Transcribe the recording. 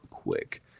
quick